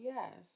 Yes